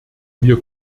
wir